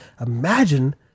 imagine